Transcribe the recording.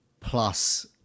plus